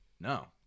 No